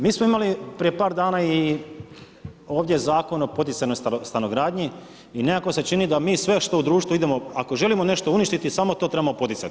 Mi smo imali prije par dana i ovdje Zakon o poticajnoj stanogradnji i nekako se čini da mi sve što u društvu idemo, ako želimo nešto uništiti samo to trebamo poticati.